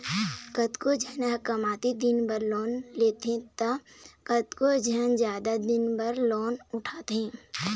कतको झन ह कमती दिन बर लोन लेथे त कतको झन जादा दिन बर लोन उठाथे